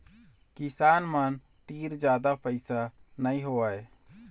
किसान मन तीर जादा पइसा नइ होवय